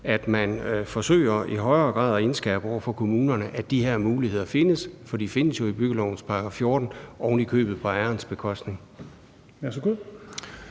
at man i højere grad forsøger at indskærpe over for kommunerne, at de her muligheder findes. For de findes jo i byggelovens § 14, ovenikøbet på ejerens bekostning.